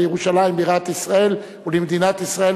ובירושלים בירת ישראל ובמדינת ישראל.